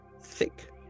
thick